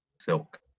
silk